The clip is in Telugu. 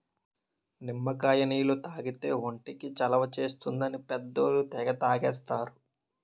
నిమ్మకాయ నీళ్లు తాగితే ఒంటికి చలవ చేస్తుందని పెద్దోళ్ళు తెగ తాగేస్తారు